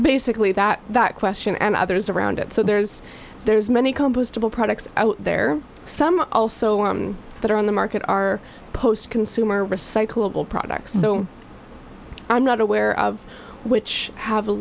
basically that that question and others around it so there's there's many compostable products out there some also that are on the market are post consumer recyclable products so i'm not aware of which have